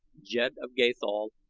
jed of gathol,